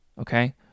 Okay